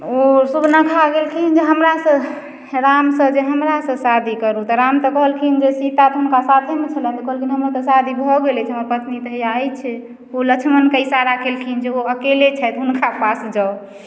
ओ सुर्पनखा गेलखिन जे हमरा से रामसँ जे हमरासँ शादी करू तऽ राम तऽ कहलखिन जे सीता तऽ हुनका साथमे छलनि कहलखिन हमर तऽ शादी भऽ गेल अछि हमर पत्नी तऽ हैया अइछे ओ लक्ष्मणके इशारा कयलखिन जे ओ अकेले छथि हुनका पास जाउ